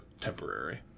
temporary